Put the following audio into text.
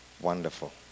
Wonderful